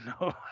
No